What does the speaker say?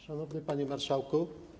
Szanowny Panie Marszałku!